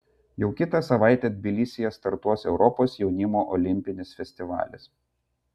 jau kitą savaitę tbilisyje startuos europos jaunimo olimpinis festivalis